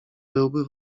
byłby